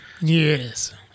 Yes